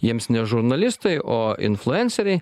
jiems ne žurnalistai o influenceriai